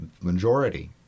majority